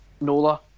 Nola